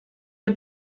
der